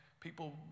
People